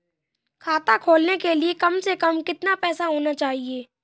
खाता खोलने के लिए कम से कम कितना पैसा होना चाहिए?